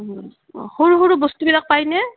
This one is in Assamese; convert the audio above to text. অঁ সৰু সৰু বস্তুবিলাক পায়নে